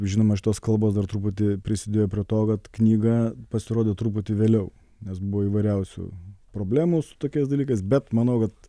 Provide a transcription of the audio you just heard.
žinoma iš tos kalbos dar truputį prisidėjo prie to kad knyga pasirodė truputį vėliau nes buvo įvairiausių problemų su tokiais dalykais bet manau kad